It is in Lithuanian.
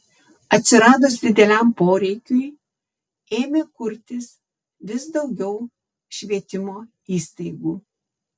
atsiradus dideliam poreikiui ėmė kurtis vis daugiau švietimo įstaigų